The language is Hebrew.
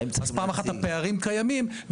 אז פעם אחת הפערים קיימים,